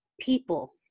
people